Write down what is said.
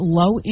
low